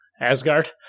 Asgard